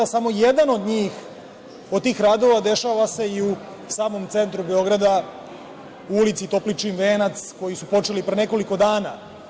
Samo jedan od njih, od tih radova dešava se i u samom centru Beograda, u ulici Topličin venac, koji su počeli pre nekoliko dana.